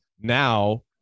now